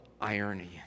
irony